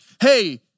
hey